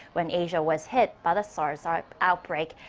when asia was hit by the sars ah outbreak.